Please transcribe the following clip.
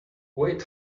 wait